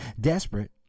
Desperate